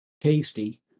Tasty